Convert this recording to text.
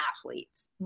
athletes